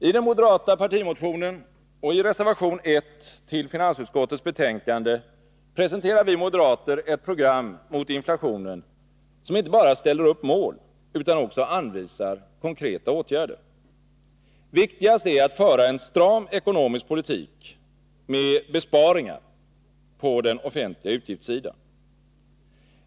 I den moderata partimotionen och i reservation 1 till finansutskottets betänkande presenterar vi moderater ett program mot inflationen, som inte bara ställer upp mål utan också anvisar konkreta åtgärder. Viktigast är att föra en stram ekonomisk politik genom besparingar på den offentliga utgiftssidan.